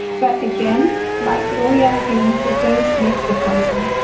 but again, like with all the other things, the dose makes the poison.